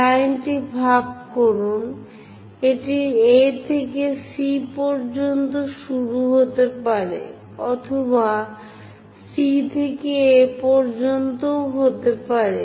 লাইনটি ভাগ করুন এটি A থেকে C পর্যন্ত শুরু হতে পারে অথবা এটি C থেকে A পর্যন্তও হতে পারে